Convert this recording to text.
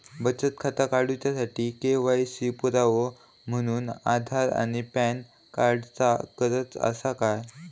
बचत खाता काडुच्या साठी के.वाय.सी पुरावो म्हणून आधार आणि पॅन कार्ड चा गरज आसा काय?